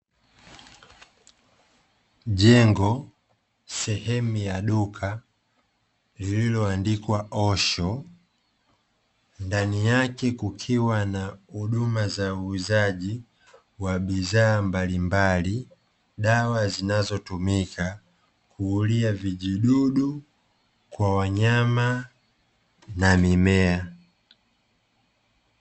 Jengo, sehemu ya duka lililoandikwa 'OSHO' ndani yake kukiwa na huduma za uuzaji wa bidhaa mbalimbali, dawa zinazotumika kuulia vijidudu kwa wanyama na mimea.